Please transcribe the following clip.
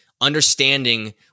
understanding